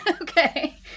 Okay